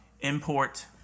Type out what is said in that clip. import